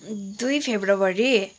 दुई फेब्रुअरी